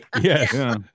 yes